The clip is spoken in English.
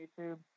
youtube